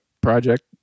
project